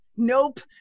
nope